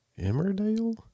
Emmerdale